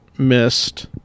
missed